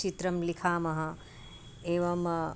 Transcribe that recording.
चित्रं लिखामः एवम्